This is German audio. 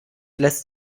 lässt